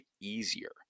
easier